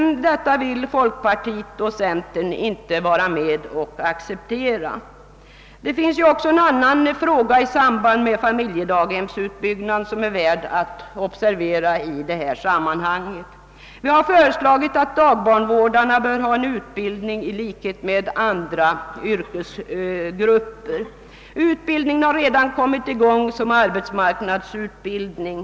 Folkpartiet och centerpartiet vill dock inte acceptera något sådant. Det finns också en annan fråga i samband med familjedaghemsutbyggnaden som är värd att observera i detta sammanhang. Det har nu föreslagits att dagbarnsvårdarna i likhet med andra yrkesgrupper bör få en utbildning. Denna utbildning har redan kommit i gång i form av arbetsmarknadsutbildning.